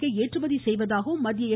கை ஏற்றுமதி செய்வதாகவும் மத்திய எ